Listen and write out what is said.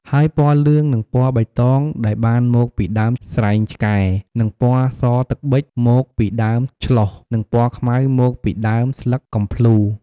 ហើយ ពណ៌លឿង និងពណ៌បៃតង ដែលបានមកពីដើមស្រែងឆ្កែ និងពណ៌សទឹកប៊ិចមកពីដើមឆ្លុះ និងពណ៌ខ្មៅបានមកពីដើមស្លឹកកំផ្លូរ។